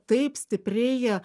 taip stiprėja